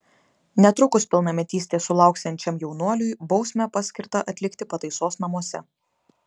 netrukus pilnametystės sulauksiančiam jaunuoliui bausmę paskirta atlikti pataisos namuose